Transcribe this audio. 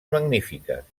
magnífiques